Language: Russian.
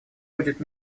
будет